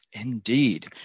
Indeed